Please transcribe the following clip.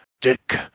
Dick